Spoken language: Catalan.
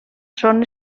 són